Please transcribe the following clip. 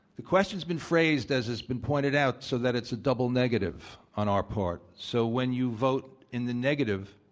the question's been phrased, as has been pointed out, so that it's a double negative on our part. so, when you vote in the negative,